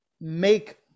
make